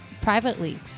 privately